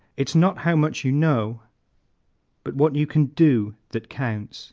it's not how much you know but what you can do that counts